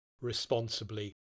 responsibly